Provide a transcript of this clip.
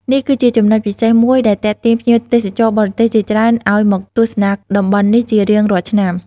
នេះគឺជាចំណុចពិសេសមួយដែលទាក់ទាញភ្ញៀវទេសចរណ៍បរទេសជាច្រើនឲ្យមកទស្សនាតំបន់នេះជារៀងរាល់ឆ្នាំ។